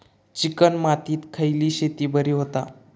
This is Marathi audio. चिकण मातीत खयली शेती बरी होता?